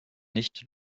nicht